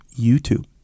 YouTube